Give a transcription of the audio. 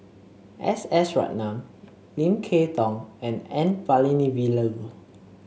S S Ratnam Lim Kay Tong and N Palanivelu